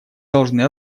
должны